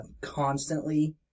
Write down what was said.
constantly